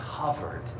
covered